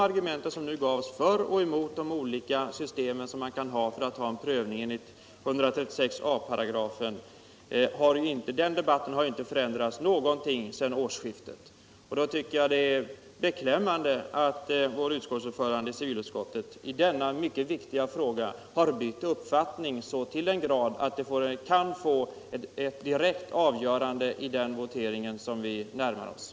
Argumenten för och emot olika system för en prövning enligt 136 a Y byggnadslagen har inte förändrats någonting sedan årsskiftet. Därför är det beklämmande att civilutskottets ordförande i denna mycket viktiga fråga har bytt uppfattning så till den grad att det kan bli direkt avgörande i den votering som nu närmar sig.